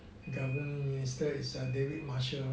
government minister is david marshall